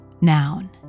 Noun